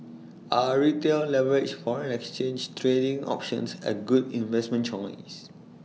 are retail leveraged foreign exchange trading options A good investment choice